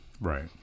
right